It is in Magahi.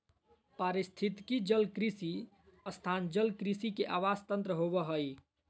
पारिस्थितिकी जलकृषि स्थान जलकृषि के आवास तंत्र होबा हइ